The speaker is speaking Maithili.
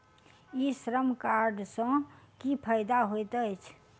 ई श्रम कार्ड सँ की फायदा होइत अछि?